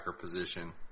position